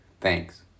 Thanks